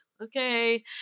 okay